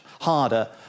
harder